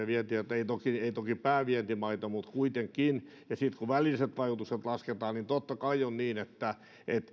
vientimaita eivät toki päävientimaita mutta kuitenkin ja kun välilliset vaikutukset lasketaan niin totta kai on niin että